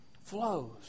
flows